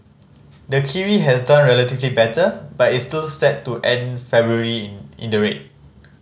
the kiwi has done relatively better but is still set to end February in in the red